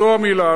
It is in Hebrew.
זו המלה,